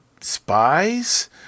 spies